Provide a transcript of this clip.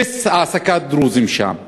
אפס העסקת דרוזים שם.